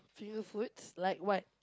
finger foods like what